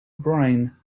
brain